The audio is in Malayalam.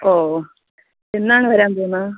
ഓ എന്നാണ് വരാൻ പോവുന്നത്